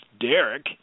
Derek